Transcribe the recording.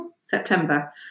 September